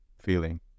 feeling